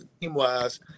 team-wise